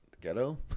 Ghetto